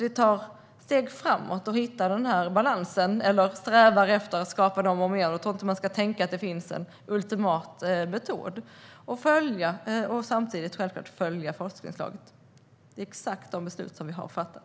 Vi tar steg framåt och strävar efter att skapa en balans - jag tror inte att man ska tänka att det finns en ultimat metod. Samtidigt följer vi självklart forskningsläget. Detta är exakt dessa beslut som vi har fattat.